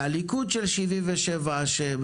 והליכוד של 1977 אשם,